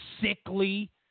sickly